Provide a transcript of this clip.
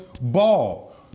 ball